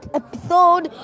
episode